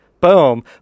Boom